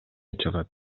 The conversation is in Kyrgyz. чыгат